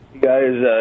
guys